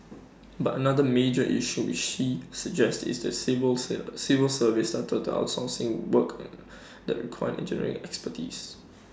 but another major issue she suggests is the civil civil service started outsourcing work and that required engineering expertise